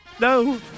No